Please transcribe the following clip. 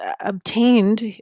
obtained